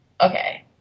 okay